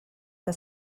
que